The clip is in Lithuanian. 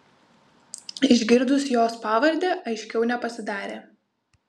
išgirdus jos pavardę aiškiau nepasidarė